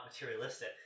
materialistic